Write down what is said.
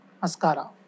Mascara